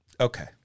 Okay